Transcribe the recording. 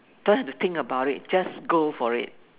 don't have to think about it just go for it